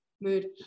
mood